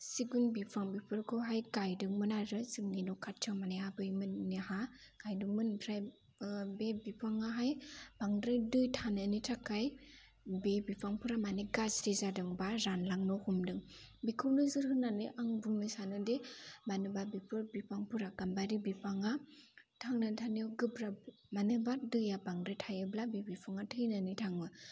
सिगुन बिफां बेफोरखौहाय गायदोंमोन आरो जोंनि न' खाथियाव माने आबैमोननि हा गायदोंमोन ओमफ्राय बे बिफाङाहाय बांद्राय दै थानायनि थाखाय बे बिफांफोरा माने गाज्रि जादों बा रानलांनो हमदों बेखौ नोजोर होनानै आं बुंनो सानो दि मानोना बेफोर बिफांफोरा गाम्बारि बिफाङा थांना थानायाव गोब्राब मानो होनब्ला दैया बांद्राय थायोब्ला बे बिफाङा थैनानै थाङो